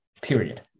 period